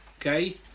okay